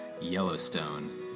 Yellowstone